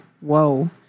Whoa